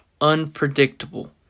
unpredictable